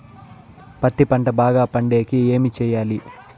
పత్తి పంట బాగా పండే కి ఏమి చెయ్యాలి?